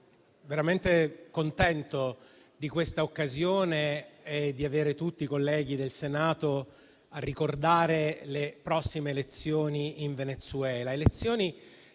veramente contento di questa occasione e di vedere tutti i colleghi del Senato ricordare le prossime elezioni in Venezuela,